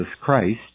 Christ